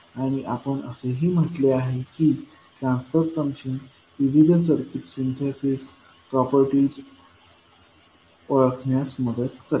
आणि आपण असेही म्हटले आहे की ट्रान्सफर फंक्शन विविध सर्किट सिंथेसेस प्रॉपर्टीज ओळखण्यास मदत करेल